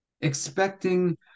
expecting